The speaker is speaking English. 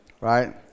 right